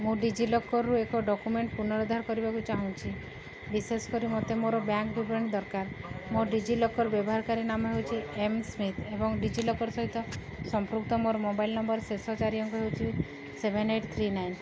ମୁଁ ଡି ଜି ଲକର୍ରୁ ଏକ ଡକ୍ୟୁମେଣ୍ଟ ପୁନରୁଦ୍ଧାର କରିବାକୁ ଚାହୁଁଛି ବିଶେଷ କରି ମୋତେ ମୋର ବ୍ୟାଙ୍କ ବିବରଣୀ ଦରକାର ମୋର ଡି ଜି ଲକର୍ ବ୍ୟବହାରକାରୀ ନାମ ହେଉଛି ଏମ୍ ସ୍ମିଥ୍ ଏବଂ ଡି ଜି ଲକର୍ ସହିତ ସମ୍ପୃକ୍ତ ମୋର ମୋବାଇଲ ନମ୍ବର ଶେଷ ଚାରି ଅଙ୍କ ହେଉଛି ସେଭେନ୍ ଏଇଟ୍ ଥ୍ରୀ ନାଇନ୍